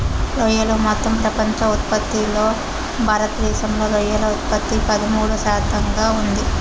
రొయ్యలు మొత్తం ప్రపంచ ఉత్పత్తిలో భారతదేశంలో రొయ్యల ఉత్పత్తి పదమూడు శాతంగా ఉంది